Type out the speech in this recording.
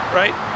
right